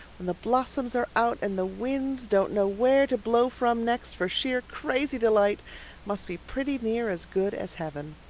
when the blossoms are out and the winds don't know where to blow from next for sheer crazy delight must be pretty near as good as heaven.